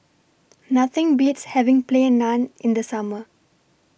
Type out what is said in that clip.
Nothing Beats having Plain Naan in The Summer